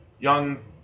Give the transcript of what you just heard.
young